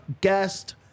guest